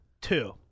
two